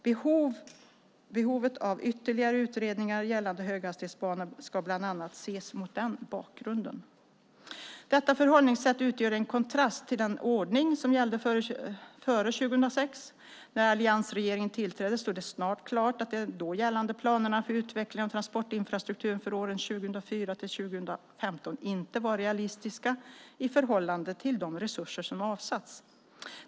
Behovet av ytterligare utredningar gällande höghastighetsbanor ska bland annat ses mot den bakgrunden. Detta förhållningssätt utgör en kontrast till den ordning som gällde före 2006. När alliansregeringen tillträdde stod det snart klart att de då gällande planerna för utveckling av transportinfrastrukturen för åren 2004-2015 inte var realistiska i förhållande till de resurser som avsatts.